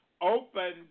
open